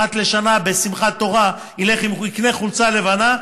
אחת לשנה בשמחת תורה יקנה חולצה לבנה.